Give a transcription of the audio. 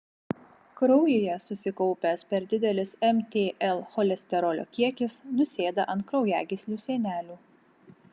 kraujyje susikaupęs per didelis mtl cholesterolio kiekis nusėda ant kraujagyslių sienelių